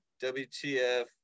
WTF